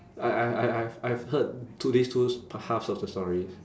I I I I've I've heard two these two s~ pa~ halves of the story